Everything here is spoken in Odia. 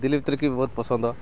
ଦିଲ୍ଲୀପ ତିର୍କୀ ବହୁତ ପସନ୍ଦ